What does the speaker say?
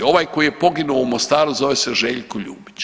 Ovaj koji je poginuo u Mostaru zove se Željko Ljubić.